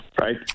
right